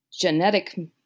genetic